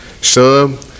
Sub